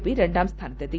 P രണ്ടാം സ്ഥാനത്തെത്തി